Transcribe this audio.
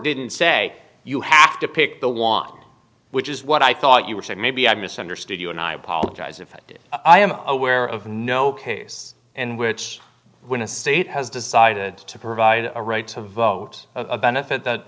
didn't say you have to pick the one which is what i thought you were saying maybe i misunderstood you and i apologize if i did i am aware of no case and which when a state has decided to provide a right to vote a benefit that